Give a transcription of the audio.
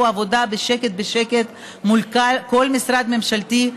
עבודה בשקט-בשקט ומול כל משרד ממשלתי,